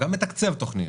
הוא גם מתקצב תוכניות,